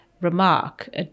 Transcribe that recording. remark